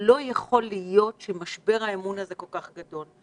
לא יכול להיות שמשבר האמון הזה כל כך גדול.